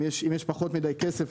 אם יש פחות מדי כסף,